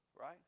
Right